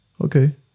okay